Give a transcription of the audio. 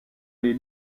les